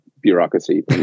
bureaucracy